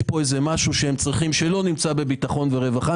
יש כאן משהו שהם צריכים שלא נמצא בביטחון ורווחה,